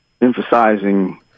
emphasizing